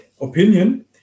opinion